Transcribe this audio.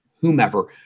whomever